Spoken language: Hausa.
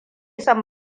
son